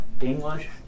English